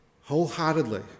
wholeheartedly